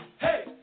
hey